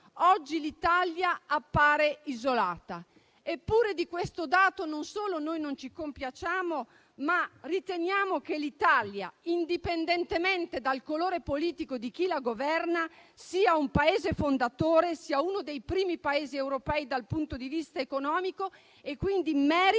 Oggi l'Italia appare isolata, eppure di questo dato non solo noi non ci compiacciamo, ma riteniamo che l'Italia, indipendentemente dal colore politico di chi la governa, sia un Paese fondatore, uno dei primi Paesi europei dal punto di vista economico e quindi meriti